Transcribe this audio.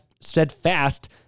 steadfast